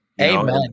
amen